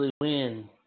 win